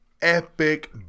epic